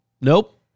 nope